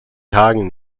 tagen